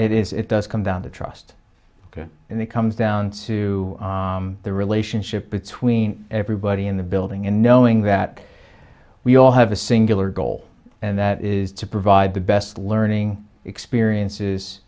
it is it does come down to trust and it comes down to the relationship between everybody in the building and knowing that we all have a singular goal and that is to provide the best learning experiences